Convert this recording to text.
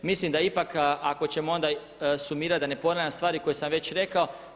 Mislim da ipak ako ćemo onda sumirat da ne ponavljam stvari koje sam već rekao.